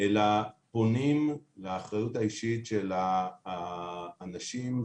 אלא פונים לאחריות האישית של האנשים,